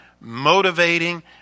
motivating